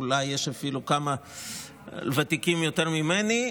אולי יש אפילו כמה ותיקים ממני,